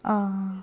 ah